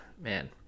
Man